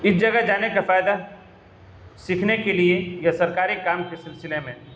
اس جگہ جانے کا فائدہ سیکھنے کے لیے یا سرکاری کام کے سلسلے میں